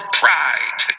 pride